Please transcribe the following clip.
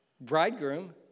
bridegroom